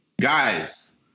Guys